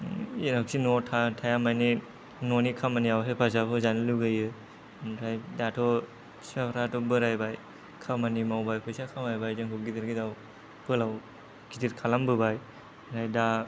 जेरावखि न'आव थाया मानि न'नि खामानियाव हेफाजाब होजानो लुगैयो आमफ्राय दाथ' फिपाफ्राथ' बोरायबाय खामानि मावबाय फैसा खामायबाय जोंखौ गिदिर गोलाव फोलाव गिदिर खालामबोबाय आमफ्रायदा